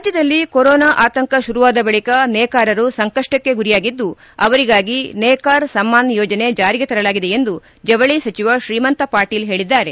ರಾಜ್ಯದಲ್ಲಿ ಕೊರೋನಾ ಆತಂಕ ಶುರುವಾದ ಬಳಕ ನೇಕಾರರು ಸಂಕಪ್ಪಕ್ಕೆ ಗುರಿಯಾಗಿದ್ದು ಅವರಿಗಾಗಿ ನೇಕಾರ್ ಸಮ್ಮಾನ್ ಯೋಜನೆ ಜಾರಿಗೆ ತರಲಾಗಿದೆ ಎಂದು ಜವಳಿ ಸಚಿವ ಶ್ರೀಮಂತ ಪಾಟೀಲ್ ಹೇಳಿದ್ದಾರೆ